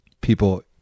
people